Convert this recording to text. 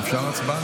תשמע, ואטורי,